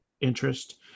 interest